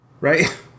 right